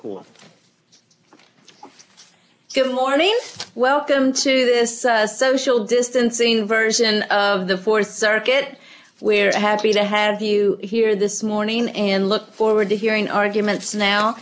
court good morning welcome to this social distancing version of the th circuit we're happy to have you here this morning and look forward to hearing arguments now